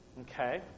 Okay